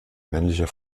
männlicher